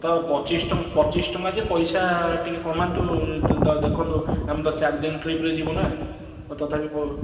ତ ପଚିଶ ଟଙ୍କ ପଚିଶ ଟଙ୍କା ଯେ ପଇସା ଟିକେ କମାନ୍ତୁ ଦେଖନ୍ତୁ ଆମେ ଚାରିଦିନ ଟ୍ରିପ୍ରେ ଯିବୁନା ତ ତଥାପି ପ